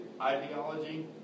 ideology